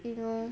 you know